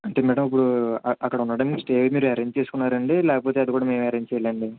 అంటే మేడం ఇప్పుడు అ అక్కడ ఉండడానికి స్టే మీరు అరెంజ్ చేసుకున్నారాండి లేకపోతే అది కూడా మేమే అరెంజ్ చెయ్యాలండీ